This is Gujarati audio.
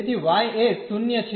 તેથી y એ 0 છે